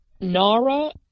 NARA